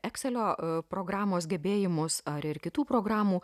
ekselio programos gebėjimus ar ir kitų programų